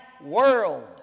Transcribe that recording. world